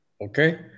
Okay